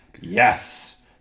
Yes